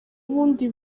ubundi